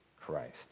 Christ